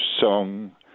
Song